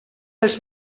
els